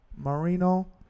Marino